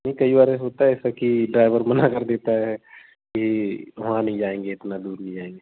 नहीं कई बार होता है ऐसा कि ड्राइवर मना कर देता है कि वहाँ नहीं जाएंगे इतना दूर नहीं जाएंगे